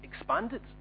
expanded